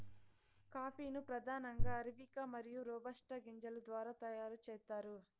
coffee ను ప్రధానంగా arabica మరియు రోబస్టా గింజల ద్వారా తయారు చేత్తారు